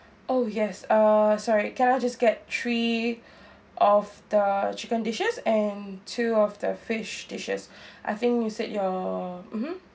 oh yes uh sorry can I just get three of the chicken dishes and two of the fish dishes I think you said your mmhmm